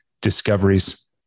discoveries